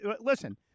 listen